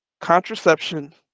contraception